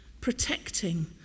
Protecting